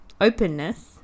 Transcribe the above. openness